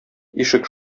ишек